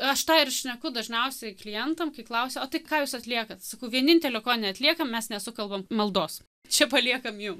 aš tą ir šneku dažniausiai klientam kai klausiu tai ką jūs atliekat sakau vienintelio ko neatliekam mes nesukalbam maldos čia paliekam jum